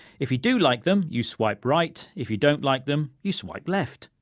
if you do like them, you swipe right. if you don't like them, you swipe left.